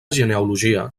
genealogia